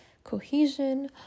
cohesion